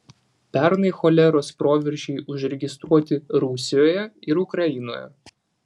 pernai choleros proveržiai užregistruoti rusijoje ir ukrainoje